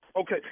Okay